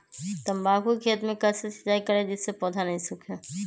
तम्बाकू के खेत मे कैसे सिंचाई करें जिस से पौधा नहीं सूखे?